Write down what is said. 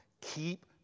Keep